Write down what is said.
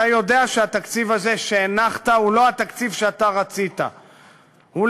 אתה יודע שהתקציב הזה שהנחת הוא לא התקציב שאתה רצית,